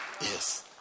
Yes